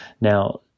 Now